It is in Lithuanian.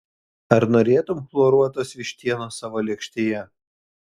ar norėtumei chloruotos vištienos savo lėkštėje